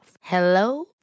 Hello